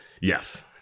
Yes